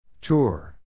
Tour